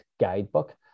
guidebook